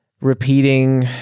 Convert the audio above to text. repeating